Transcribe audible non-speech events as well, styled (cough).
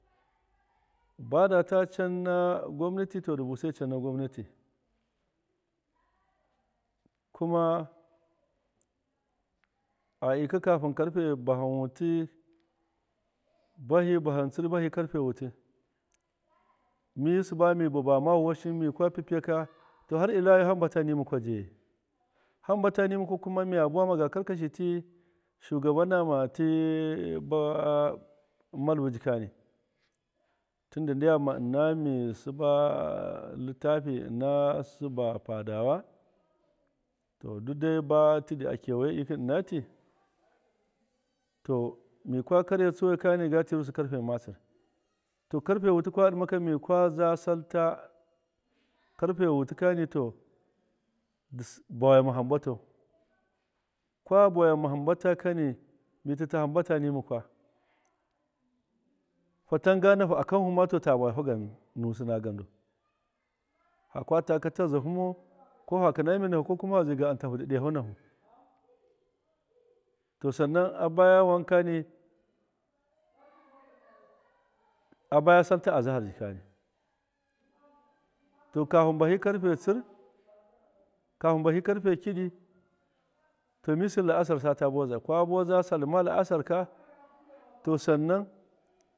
Buda ta can na gwamnati ndi busai can na gwamnati kuma aika kafan kaffe vahin wuti bahim tsir buhi karfe wuti mi suba mi bubama washinka mika fyafyiyaka har ika tahi ta makwa jaayi hambutu ni mukwa mi ya buwagwan karshi tii shugaba nama tii tii ba (hesitation) malva jikani tinda ndiyamma ina mi ina suba littafina suba fadawa to duk dai ba tidi kewaye ina tii to mikwa karya tsuwa ga tsiru si karfe matsir to karfe wuti kadunai mika zasuta karfe wuti kani to ndi bwama hamba tai kwa bowama hamba kani mi tita hambata ni mukwa fantamasa nuhu akamma a buwufin na gandu ha katuka tuzuhumau ko fakina mir nuhu ko fazui amtahu ndi daya hu nuhu to sanna abaya wankani abaya suita azahar jikani to kafin bahi mistin laasar sata buza kabuwazu sai ma laasarka to sanna.